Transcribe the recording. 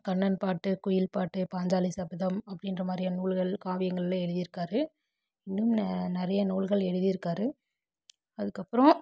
கண்ணன் பாட்டு குயில் பாட்டு பாஞ்சாலி சபதம் அப்படின்ற மாதிரியான நூல்கள் காவியங்கள்லாம் எழுதிருக்கார் இன்னும் நிறைய நூல்கள் எழுதிருக்கார் அதுக்கப்பறம்